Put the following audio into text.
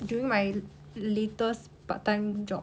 during my latest part time job